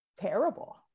terrible